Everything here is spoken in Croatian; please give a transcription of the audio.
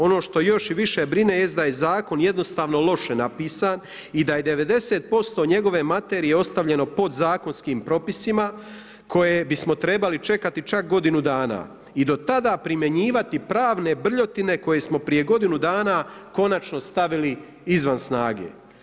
Ono što još i više brine jest da je Zakon jednostavno loše napisan i da je 90% njegove materije ostavljeno podzakonskim propisima koje bismo trebali čekati čak godinu dana i do tada primjenjivati pravne brljotine koje se prije godinu dana konačno stavili izvan snage.